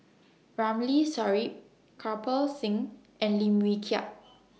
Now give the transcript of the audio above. Ramli Sarip Kirpal Singh and Lim Wee Kiak